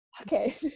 Okay